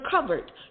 covered